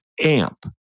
amp